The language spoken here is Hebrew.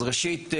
אז ראשית,